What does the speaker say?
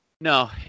No